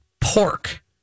Pork